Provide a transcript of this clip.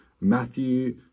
Matthew